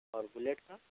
اور بلیٹ کا